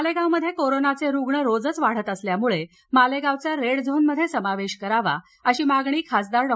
मालेगावमध्ये कोरोनाचे रुग्ण रोजच वाढत असल्यामुळे मालेगावचा रेड झोनमध्ये समावेश करावा अशी मागणी खासदार डॉ